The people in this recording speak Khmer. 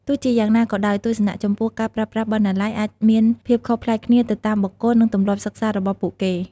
ទោះជាយ៉ាងណាក៏ដោយ ទស្សនៈចំពោះការប្រើប្រាស់បណ្ណាល័យអាចមានភាពខុសប្លែកគ្នាទៅតាមបុគ្គល និងទម្លាប់សិក្សារបស់ពួកគេ។